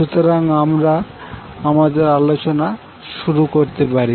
সুতরাং আমাদের আলোচনা শুরু করা যাক